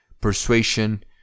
persuasion